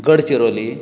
Gadchiroli